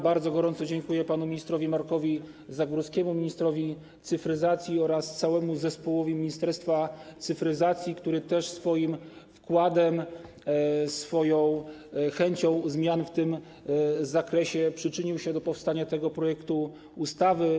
Bardzo gorąco dziękuję panu ministrowi Markowi Zagórskiemu, ministrowi cyfryzacji oraz całemu zespołowi Ministerstwa Cyfryzacji, który też swoim wkładem, swoją chęcią zmian w tym zakresie przyczynił się do powstania tego projektu ustawy.